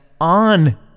on